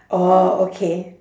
orh okay